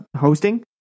hosting